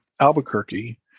Albuquerque